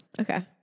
okay